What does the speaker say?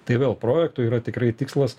tai vėl projekto yra tikrai tikslas